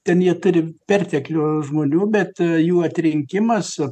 ten jie turi perteklių žmonių bet jų atrinkimas